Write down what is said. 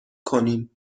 کنیم